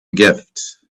gift